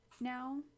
now